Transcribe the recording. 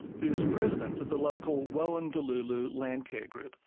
who's president of the local wowan dululu landcare group.